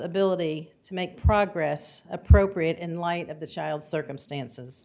ability to make progress appropriate in light of the child's circumstances